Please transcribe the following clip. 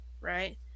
right